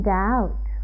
doubt